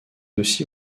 aussi